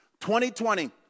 2020